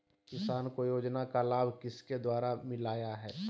किसान को योजना का लाभ किसके द्वारा मिलाया है?